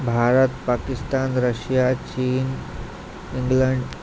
Bharat Pakistan Russia चीन England